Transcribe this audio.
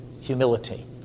humility